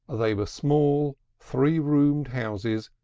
they were small, three-roomed houses,